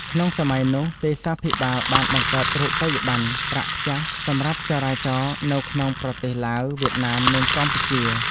ក្នុងសម័យនោះ ទេសាភិបាលបានបង្កើតរូបិយប័ណ្ណ ប្រាក់ព្យ៉ាស់ សម្រាប់ចរាចរនៅក្នុងប្រទេសឡាវ វៀតណាម និងកម្ពុជា។